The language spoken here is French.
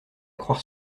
croire